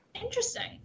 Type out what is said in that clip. Interesting